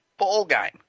ballgame